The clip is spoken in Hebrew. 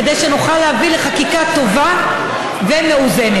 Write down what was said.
כדי שנוכל להביא לחקיקה טובה ומאוזנת.